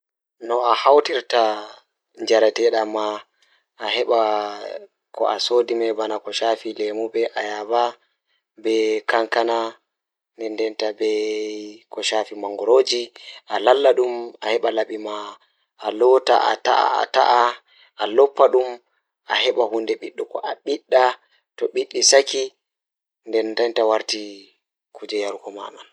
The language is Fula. Jokkondir ɓeŋ ɓeɓɓe waɗi moƴƴere e ngal naange, so tawii ɓeɗɗe ɓe njiddaade e soɓɓiɗe ɓurti ɓanda mango, banane, e strawberry. Heɓ ndiyam e kadi cido ɗum waawataa ɗabbude yogurt, ngal moƴƴaare. Ɓeydu njum e blender, kulso ɗe huccirde e jammaji. Baɗ ngal ndiyam ngal fruit smoothie e bottoore ngam fowru, ngal waɗi ɓuri njam.